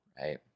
right